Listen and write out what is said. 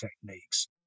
techniques